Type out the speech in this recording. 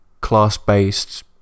class-based